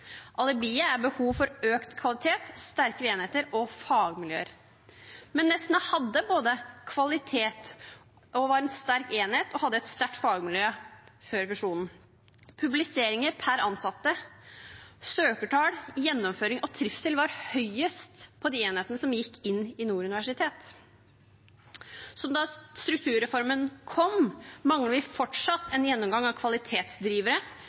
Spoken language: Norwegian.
er behov for økt kvalitet, sterkere enheter og fagmiljøer. Men Nesna hadde kvalitet, var en sterk enhet og hadde et sterkt fagmiljø før fusjonen. Publiseringer per ansatte, søkertall, gjennomføring og trivsel var høyest blant de enhetene som gikk inn i Nord universitet. Som da strukturreformen kom, mangler vi fortsatt en gjennomgang av kvalitetsdrivere,